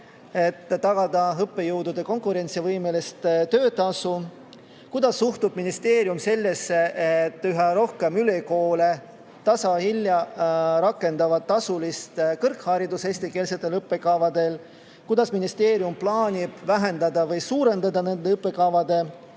et tagada õppejõudude konkurentsivõimeline töötasu. Kuidas suhtub ministeerium sellesse, et üha rohkem ülikoole tasahilju rakendab tasulist kõrgharidust ka eestikeelsete õppekavade puhul? Kas ministeerium plaanib vähendada või suurendada nende õppekavade